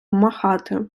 махати